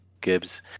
Gibbs